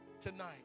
tonight